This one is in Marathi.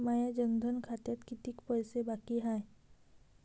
माया जनधन खात्यात कितीक पैसे बाकी हाय?